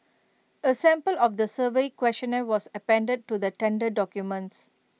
A sample of the survey questionnaire was appended to the tender documents